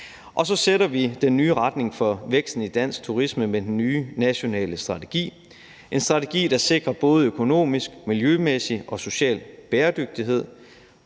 Og så sætter vi den nye retning for væksten i dansk turisme med den nye nationale strategi – en strategi, der sikrer både økonomisk, miljømæssig og social bæredygtighed.